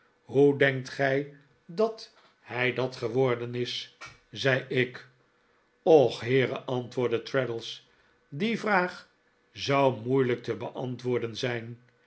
hoe denkt gij dat hij dat geworden is zei ik och heere antwoordde traddles die vraag zou moeilijk te beantwoorden zijn